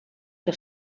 que